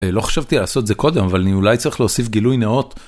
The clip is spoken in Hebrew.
לא חשבתי לעשות את זה קודם, אבל אני אולי צריך להוסיף גילוי נאות.